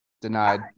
Denied